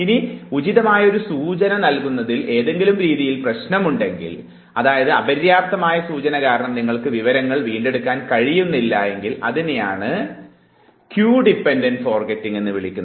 ഇനി ഉചിതമായ ഒരു സൂചന നൽകുന്നതിൽ എതെങ്കിലും രീതിയിൽ പ്രശ്നമുണ്ടെങ്കിൽ അതായത് അപര്യാപ്തമായ സൂചന കാരണം നിങ്ങൾക്ക് വിവരങ്ങൾ വീണ്ടെടുക്കാൻ കഴിയിയുന്നില്ല എങ്കിൽ അതിനെ ക്യൂ ഡിപ്പൻറഡ് ഫോർഗെറ്റിംഗ് എന്ന് വിളിക്കുന്നു